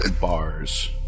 bars